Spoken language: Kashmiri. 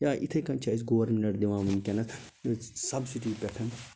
یا یِتھے کٔنۍ چھِ اسہِ گورمیٚنٛٹ دِوان وُنٛکیٚس سبسڈی پٮ۪ٹھ